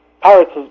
Pirates